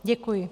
Děkuji.